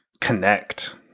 connect